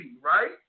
right